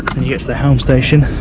and yes the helm station,